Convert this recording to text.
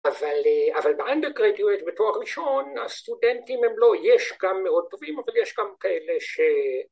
‫אבל בunder graduate, בתואר ראשון, ‫הסטודנטים הם לא... ‫יש גם מאוד טובים, ‫אבל יש גם כאלה ש...